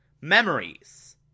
memories